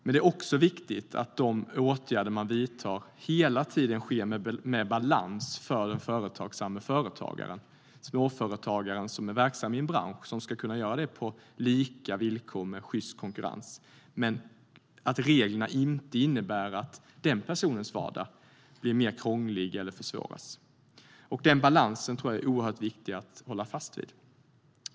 Det är också viktigt att åtgärderna vidtas med balans för den företagsamma småföretagaren som ska kunna verka på lika villkor med sjyst konkurrens. Reglerna får inte innebära att denna företagares vardag blir mer krånglig eller försvåras. Denna balans är viktig att hålla fast vid.